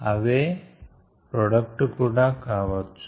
అవే product కూడా కావచ్చు